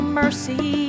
mercy